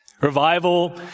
Revival